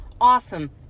Awesome